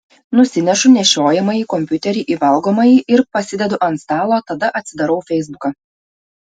nusinešu nešiojamąjį kompiuterį į valgomąjį ir pasidedu ant stalo tada atsidarau feisbuką